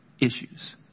issues